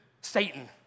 Satan